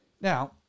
Now